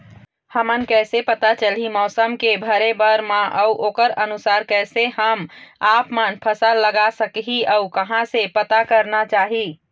हमन कैसे पता चलही मौसम के भरे बर मा अउ ओकर अनुसार कैसे हम आपमन फसल लगा सकही अउ कहां से पता करना चाही?